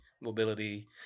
mobility